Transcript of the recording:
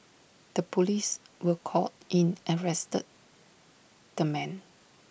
the Police were called in arrested the man